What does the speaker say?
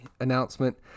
announcement